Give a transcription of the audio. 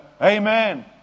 amen